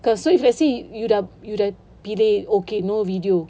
cause so if let's say you dah you dah pilih okay no video